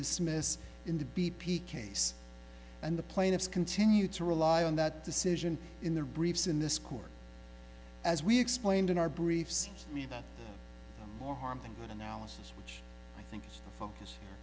dismiss in the b p case and the plaintiffs continue to rely on that decision in their briefs in this court as we explained in our briefs me that more harm than good analysis which i think focus